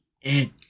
It-